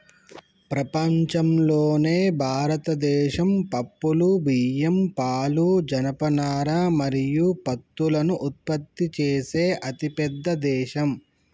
ప్రపంచంలోనే భారతదేశం పప్పులు, బియ్యం, పాలు, జనపనార మరియు పత్తులను ఉత్పత్తి చేసే అతిపెద్ద దేశం